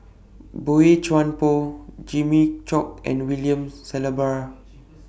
Boey Chuan Poh Jimmy Chok and William Shellabear